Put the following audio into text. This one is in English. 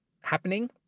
happening